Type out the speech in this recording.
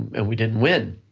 and we didn't win.